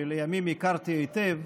שלימים הכרתי היטב,